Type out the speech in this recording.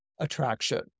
attraction